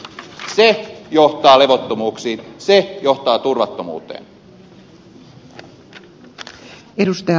se johtaa levottomuuksiin se johtaa turvattomuuteen